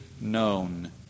known